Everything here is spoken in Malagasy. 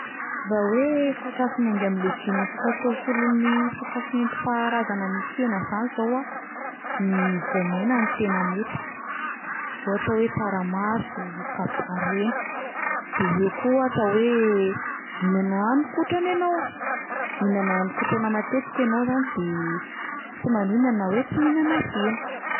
Raha hoe sakafo miainga amin'ny legioma afaka atao solon'ny sakafo nentim-paharazana misy hena zany izao a, ny voamaina no tena mety, ohatra hoe tsaramaso, kabaro ireny, de eo koa ohatra hoe mihinana haninkotrana ianao, mihinana haninkotrana matetika ianao zany de tsy maninona na hoe tsy mihinana hena.